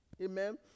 Amen